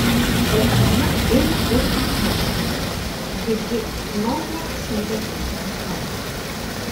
o erna ėmė urtei aiškinti girdi norima šiandien eiti pasivaikščioti